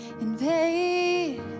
invade